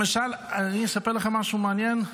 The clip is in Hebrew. אני אספר לכם משהו מעניין,